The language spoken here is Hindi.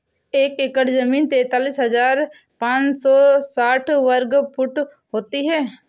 एक एकड़ जमीन तैंतालीस हजार पांच सौ साठ वर्ग फुट होती है